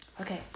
Okay